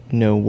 no